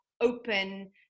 open